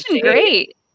Great